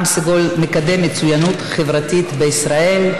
"עם סגול" מקדמת מצוינות חברתית בישראל.